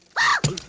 wow!